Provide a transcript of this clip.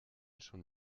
schon